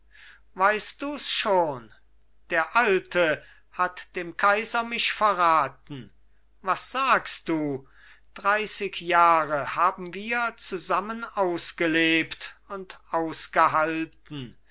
weißt dus schon der alte hat dem kaiser mich verraten was sagst du dreißig jahre haben wir zusammen ausgelebt und ausgehalten